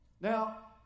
Now